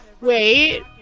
Wait